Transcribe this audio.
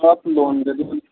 آپ لون دے دیجئے